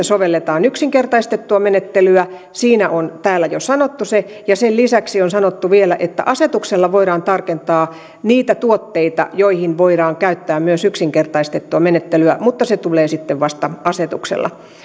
sovelletaan yksinkertaistettua menettelyä se on täällä jo sanottu ja sen lisäksi on sanottu vielä että asetuksella voidaan tarkentaa niitä tuotteita joihin voidaan käyttää myös yksinkertaistettua menettelyä mutta se tulee sitten vasta asetuksella